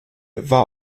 war